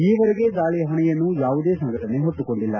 ಈವರೆಗೆ ದಾಳಿಯ ಹೊಣೆಯನ್ನು ಯಾವುದೇ ಸಂಘಟನೆ ಹೊತ್ತುಕೊಂಡಿಲ್ಲ